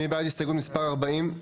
מי בעד הסתייגות מספר 44?